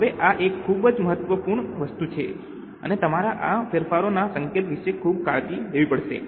હવે આ એક ખૂબ જ મહત્વપૂર્ણ વસ્તુ છે અને તમારે આ ફેરફારોના સંકેત વિશે ખૂબ કાળજી લેવી પડશે